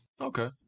Okay